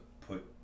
put